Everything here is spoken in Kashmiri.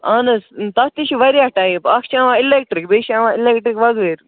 اَہَن حظ تَتھ تہِ چھِ واریاہ ٹایپ اَکھ چھِ یِوان اِلٮ۪کٹِرٛک بیٚیہِ چھِ یِوان اِلٮ۪کٹِرٛک بغٲر